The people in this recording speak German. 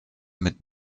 mit